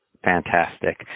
Fantastic